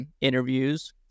interviews